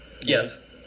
Yes